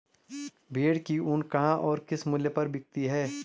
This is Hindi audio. भेड़ की ऊन कहाँ और किस मूल्य पर बिकती है?